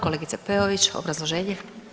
Kolegice Peović, obrazloženje.